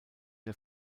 der